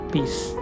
Peace